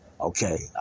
okay